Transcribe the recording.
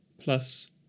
plus